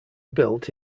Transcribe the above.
built